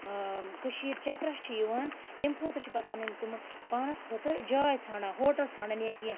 کٔشیٖرِ چَکرَس چھِ یِوان تمہِ خٲطرٕ چھِ پَتہٕ پَنٕنۍ تِم پانَس خٲطرٕ جاے ژھانٛڈان ہوٹَل ژھانٛڈان یا کینٛہہ